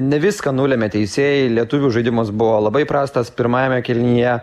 ne viską nulemia teisėjai lietuvių žaidimas buvo labai prastas pirmajame kėlinyje